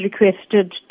requested